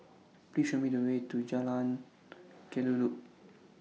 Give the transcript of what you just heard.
Please Show Me The Way to Jalan Kelulut